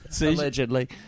Allegedly